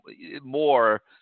more